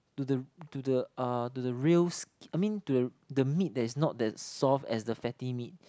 to the to the uh to the real I mean to the meat that is not that soft as the fatty meat